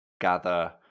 gather